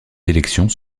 élections